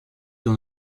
dans